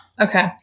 Okay